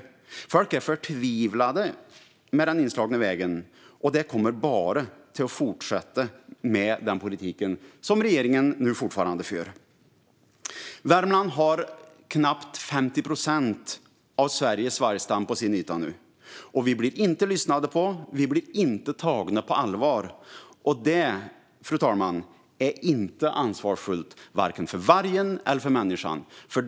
Folk är förtvivlade över den inslagna vägen, och det kommer bara att fortsätta med den politik regeringen fortfarande för. Värmland har knappt 50 procent av Sveriges vargstam på sin yta. Vi blir inte lyssnade på, och vi blir inte tagna på allvar. Det, fru talman, är inte ansvarsfullt för vare sig vargen eller människan.